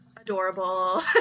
adorable